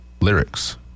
lyrics